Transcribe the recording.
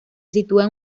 sitúa